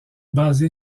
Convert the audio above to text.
basé